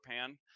pan